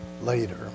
later